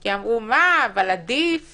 אמרו: אבל עדיף